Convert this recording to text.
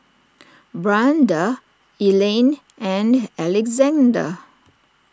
Brianda Elayne and Alexander